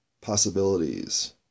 possibilities